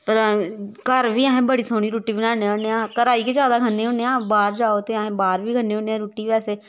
पर घर बी असें बड़ी सोह्नी रुट्टी बनान्ने होन्ने आं घरै दी गै जादा खन्ने होन्ने आं बाह्र जाओ ते असें बाह्र बी खन्ने होन्ने आं रुट्टी बैसे